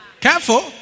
Careful